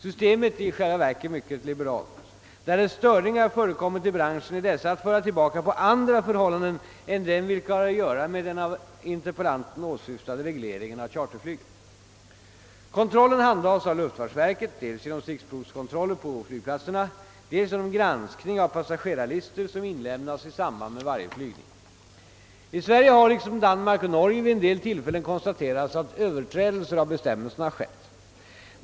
Systemet är i själva verket mycket liberalt. Därest störningar förekommit i branschen är dessa att föra tillbaka på andra förhållanden än dem vilka har att göra med den av interpellanten åsyftade regleringen av charterflyget. Kontrollen handhas av luftfartsverket dels genom stickprovskontroller på flygplatserna, dels genom granskning av passagerarlistor som inlämnas i samband med varje flygning. I Sverige har — liksom i Danmark och Norge — vid en del tillfällen kunnat konstateras att överträdelser av bestämmelserna skett.